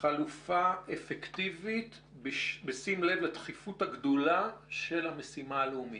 חלופה אפקטיבית בשים לב לדחיפות הגדולה של המשימה הלאומית.